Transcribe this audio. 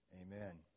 Amen